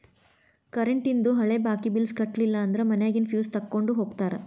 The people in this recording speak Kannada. ಕರೆಂಟೇಂದು ಹಳೆ ಬಾಕಿ ಬಿಲ್ಸ್ ಕಟ್ಟಲಿಲ್ಲ ಅಂದ್ರ ಮನ್ಯಾಗಿನ್ ಫ್ಯೂಸ್ ತೊಕ್ಕೊಂಡ್ ಹೋಗ್ತಾರಾ